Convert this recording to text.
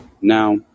now